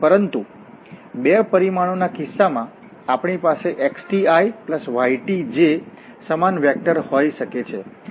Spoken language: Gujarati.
પરંતુ 2 પરિમાણો ના કિસ્સામાં આપણી પાસે xtiytj સમાન વેક્ટરહોઈ શકે છે